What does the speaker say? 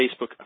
Facebook